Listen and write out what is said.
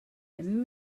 and